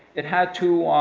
it had to